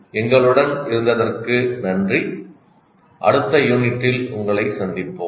எங்களுடன் இருந்ததற்கு நன்றி அடுத்த யூனிட்டில் உங்களை சந்திப்போம்